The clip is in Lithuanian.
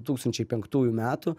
tūkstančiai penktųjų metų